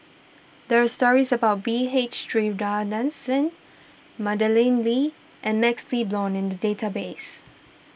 there are stories about B H Sreenivasan Madeleine Lee and MaxLe Blond in the database